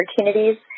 opportunities